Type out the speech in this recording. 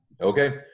Okay